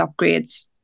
upgrades